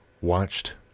watched